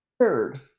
Third